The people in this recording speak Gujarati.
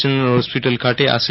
જનરલ હોસ્પિટલ ખાતે આસિ